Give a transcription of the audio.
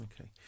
Okay